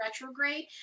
retrograde